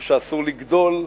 או שאסור לגדול,